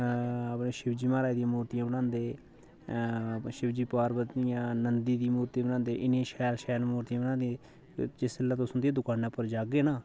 शिवजी महाराज दी मूर्ति बनांदे शिवजी पारवती नन्दी दी मूरती बनांदे इन्नियां शैल शैल मूरतियां बनांदे जिसले तुस उंदी दुकानै पर जाह्गे ना